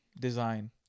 design